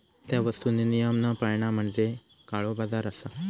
त्या वस्तुंनी नियम न पाळणा म्हणजे काळोबाजार असा